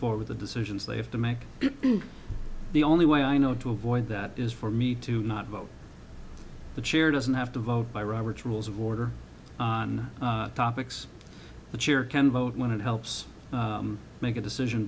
forward the decisions they have to make the only way i know to avoid that is for me to not vote the chair doesn't have to vote by robert's rules of order on topics the chair can vote when it helps make a decision